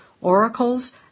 oracles